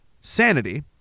Sanity